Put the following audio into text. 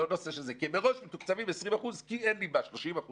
הם מראש מתוקצבים 20%-30%